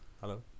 hello